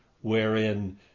wherein